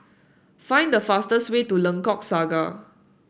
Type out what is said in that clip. find the fastest way to Lengkok Saga